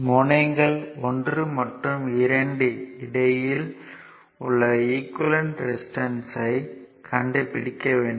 முனையங்கள் 1 மற்றும் 2 இடையில் உள்ள ஈக்குவேலன்ட் ரெசிஸ்டன்ஸ்யைக் கண்டுபிடிக்க வேண்டும்